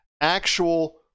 actual